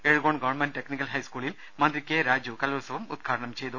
Ezhukone government technical ഹൈസ്കൂളിൽ മന്ത്രി K Raju കല്പോത്സവം ഉദ്ഘാടനം ചെയ്തു